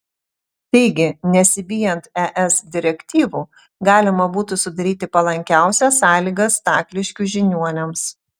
taigi nesibijant es direktyvų galima būtų sudaryti palankiausias sąlygas stakliškių žiniuoniams